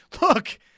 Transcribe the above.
look